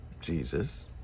Jesus